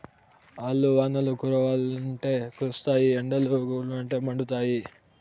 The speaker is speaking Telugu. ఆల్లు వానలు కురవ్వంటే కురుస్తాయి ఎండలుండవంటే మండుతాయి